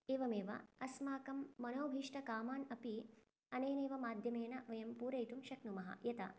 एवमेव अस्माकं मनोभीष्टकामान् अपि अनेनैव माध्यमेन वयं पूरयितुं शक्नुमः यथा